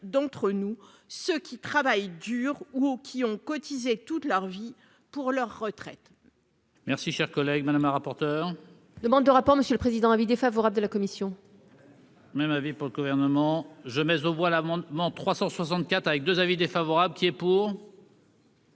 d'entre nous, ceux qui travaillent dur ou qui ont cotisé toute leur vie pour leur retraite.